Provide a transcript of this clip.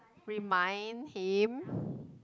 remind him